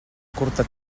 curta